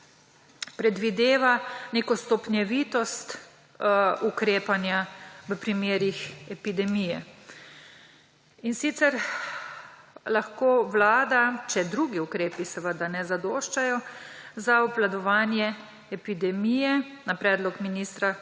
predvideva neko stopnjevitost ukrepanja v primerih epidemije. In sicer lahko vlada, če drugi ukrepi ne zadoščajo, za obvladovanje epidemije na predlog ministra